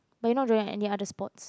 but you not doing any other sports